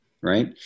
right